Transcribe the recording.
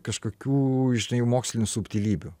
kažkokių žinai mokslinių subtilybių